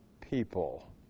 people